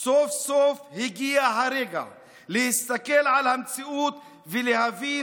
סוף-סוף הגיע הרגע להסתכל על המציאות ולהבין